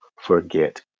forget